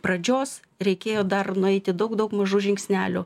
pradžios reikėjo dar nueiti daug daug mažų žingsnelių